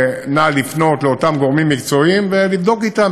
ונא לפנות לאותם גורמים מקצועיים ולבדוק אתם,